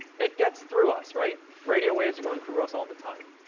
it gets through us, right? radio waves are going through us all the time.